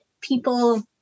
people